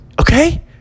Okay